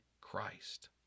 Christ